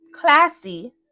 classy